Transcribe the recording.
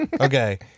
Okay